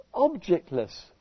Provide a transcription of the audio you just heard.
objectless